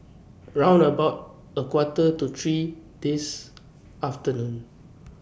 round about A Quarter to three This afternoon